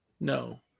No